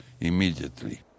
immediately